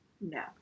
No